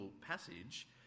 passage